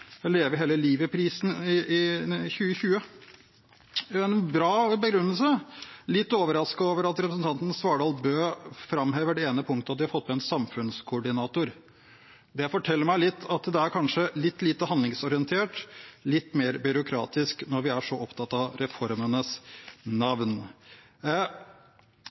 Jeg er litt overrasket over at representanten Svardal Bøe framhever det ene punktet, at de har fått med en samfunnskoordinator. Det forteller meg at det kanskje er litt lite handlingsorientert, litt mer byråkratisk, når vi er så opptatt av reformenes navn.